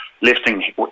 lifting